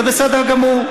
זה בסדר גמור.